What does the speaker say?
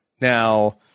Now